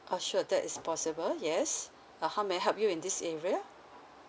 ah sure that is possible yes uh how may I help you in this area